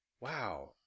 Wow